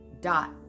Dot